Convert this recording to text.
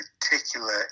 particular